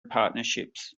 partnerships